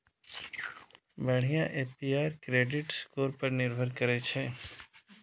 बढ़िया APR credit score पर निर्भर करै छै